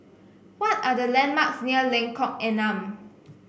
what are the landmarks near Lengkok Enam